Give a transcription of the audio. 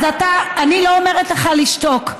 אז אני לא אומרת לך לשתוק.